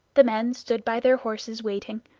the men stood by their horses waiting,